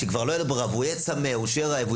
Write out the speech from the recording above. כשכבר לא תהיה לו בררה והוא יהיה צמא או שיהיה רעב,